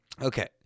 Okay